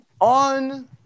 on